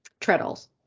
treadles